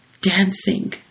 dancing